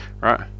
right